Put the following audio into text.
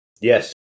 yes